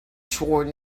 sworn